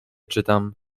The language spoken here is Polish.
czytam